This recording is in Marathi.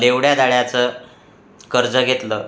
लेवड्या जाळ्याचं कर्ज घेतलं